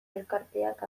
elkarteak